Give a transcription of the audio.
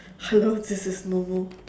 hello this is